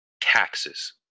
Taxes